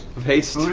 of haste?